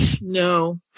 No